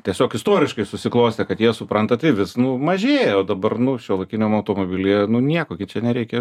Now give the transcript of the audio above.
tiesiog istoriškai susiklostė kad jie supranta tai vis mažėja o dabar nu šiuolaikiniam automobilyje nu nieko čia nereikia